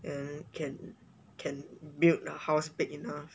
then can can build a house big enough